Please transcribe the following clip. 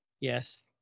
yes